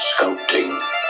sculpting